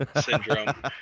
Syndrome